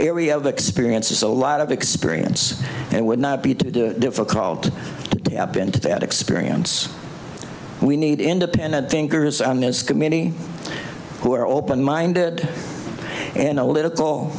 area of experience a lot of experience and would not be too difficult up into that experience we need independent thinkers on this committee who are open minded analytical